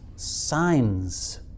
Signs